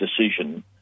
decision